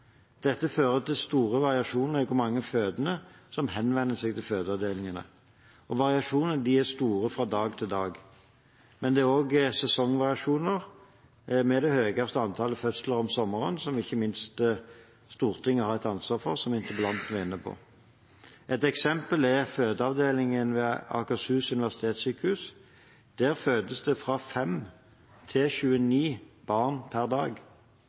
Dette fører til store variasjoner i hvor mange fødende som henvender seg til fødeavdelingene. Variasjonene er store fra dag til dag, men det er også sesongvariasjoner med høyest antall fødsler om sommeren, som ikke minst Stortinget har et ansvar for, som interpellanten var inne på. Et eksempel er fødeavdelingen ved Akershus universitetssykehus. Der fødes det fra 5 til 29 barn per dag.